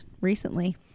recently